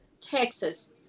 Texas